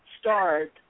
start